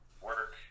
work